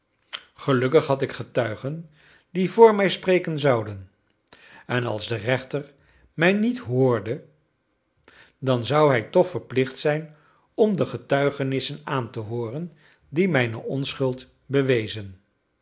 gelukkig had ik getuigen die voor mij spreken zouden en als de rechter mij niet hoorde dan zou hij toch verplicht zijn om de getuigenissen aan te hooren die mijne onschuld bewezen